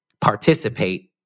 participate